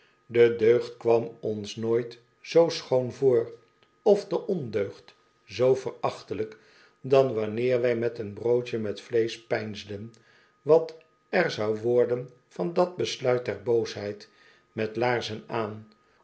de deugd kwam ons nooit zoo schoon voor of de ondeugd zoo verachtelijk dan wanneer wij met een broodje met vleesch peinsden wat er zou worden van dat besluit deiboosheid met laarzen aan